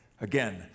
Again